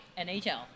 NHL